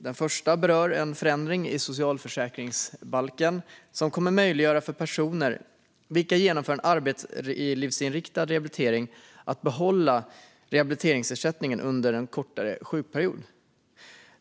Den första frågan berör en förändring i socialförsäkringsbalken som kommer att möjliggöra för personer som genomför en arbetslivsinriktad rehabilitering att behålla rehabiliteringsersättningen under en kortare sjukperiod.